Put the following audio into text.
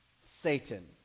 Satan